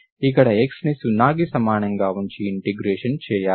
ఇక్కడ xని 0కి సమానంగా ఉంచి ఇంటిగ్రేషన్ చెయ్యాలి